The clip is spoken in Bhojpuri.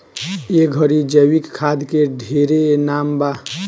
ए घड़ी जैविक खाद के ढेरे नाम बा